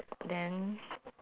then